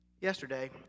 Yesterday